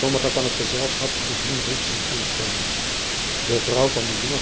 ommige van het gezelschap hadden hem reeds zien aankomen e vrouw van den jongen